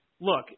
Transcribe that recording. look